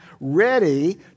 ready